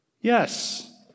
Yes